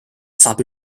saab